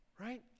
right